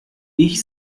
ich